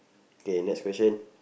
okay next question